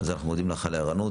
אנחנו מודים לך, נעה, על הערנות.